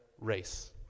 race